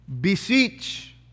Beseech